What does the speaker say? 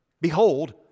Behold